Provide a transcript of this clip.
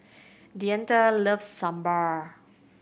Deante loves Sambar